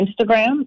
Instagram